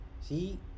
See